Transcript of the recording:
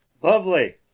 Lovely